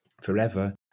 forever